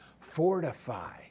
Fortify